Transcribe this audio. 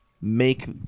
make